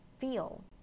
feel